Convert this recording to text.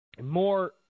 more